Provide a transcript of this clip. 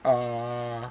uh